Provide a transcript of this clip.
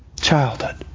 childhood